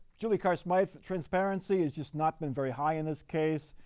julie carr smyth, transparency has just not been very high in this case,